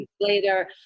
later